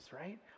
right